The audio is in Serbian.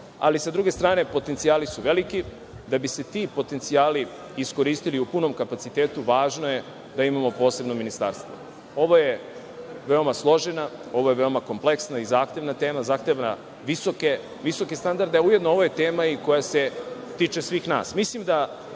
ali s druge strane, potencijali su veliki. Da bi se ti potencijali iskoristili u punom kapacitetu, važno je da imamo posebno ministarstvo. Ovo je veoma složena, ovo je veoma kompleksna i zahtevna tema i zahteva visoke standarde, a ujedno, ovo je tema koja se tiče svih